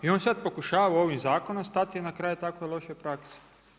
I on sada pokušava ovim zakonom stati na kraj takvoj lošoj praksi.